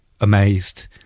amazed